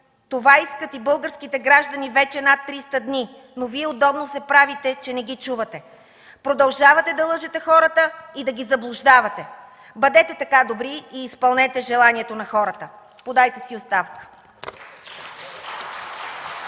Това искат и българските граждани вече над 300 дни, но Вие удобно се правите, че не ги чувате. Продължавате да лъжете хората и да ги заблуждавате. Бъдете така добри и изпълнете желанието на хората – подайте си оставка.